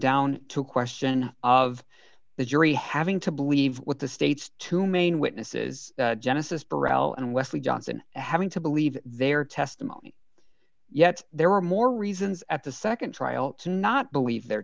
down to a question of the jury having to believe with the state's two main witnesses genesis burrell and wesley johnson having to believe their testimony yet there were more reasons at the nd trial to not believe their